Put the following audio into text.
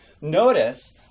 Notice